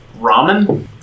Ramen